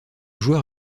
joueur